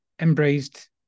embraced